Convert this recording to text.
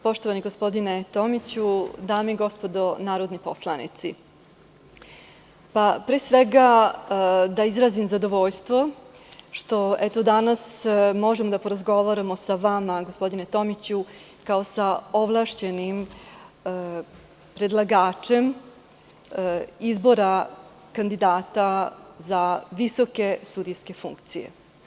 Poštovani gospodine Tomiću, dame i gospodo narodni poslanici, pre svega da izrazim zadovoljstvo što danas možemo da porazgovaramo sa vama, gospodine Tomiću, kao sa ovlašćenim predlagačem izbora kandidata za visoke sudijske funkcije.